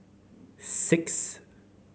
six